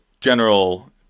general